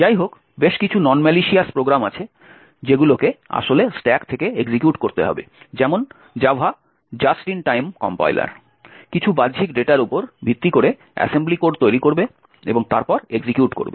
যাইহোক বেশ কিছু নন ম্যালিসিয়াস প্রোগ্রাম আছে যেগুলোকে আসলে স্ট্যাক থেকে এক্সিকিউট করতে হবে যেমন Java just in time compiler কিছু বাহ্যিক ডেটার উপর ভিত্তি করে অ্যাসেম্বলি কোড তৈরি করবে এবং তারপর এক্সিকিউট করবে